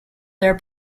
their